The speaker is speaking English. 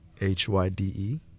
H-Y-D-E